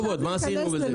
עם כל הכבוד, מה עשינו בזה?